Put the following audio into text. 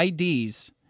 ids